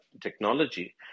technology